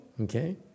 Okay